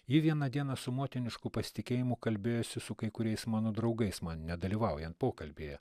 ji vieną dieną su motinišku pasitikėjimu kalbėjosi su kai kuriais mano draugais man nedalyvaujant pokalbyje